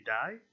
die